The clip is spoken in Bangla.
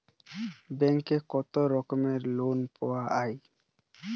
ব্যাঙ্কে কত রকমের লোন পাওয়া য়ায়?